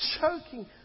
choking